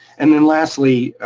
and then lastly,